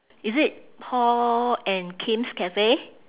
is it paul and kim's cafe